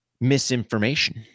misinformation